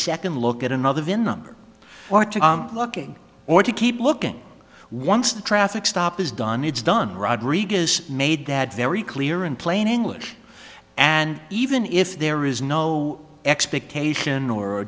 second look at another vin number or to looking or to keep looking once the traffic stop is done it's done rodrigues made that very clear in plain english and even if there is no expectation or